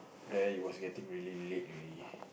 then it was getting really late already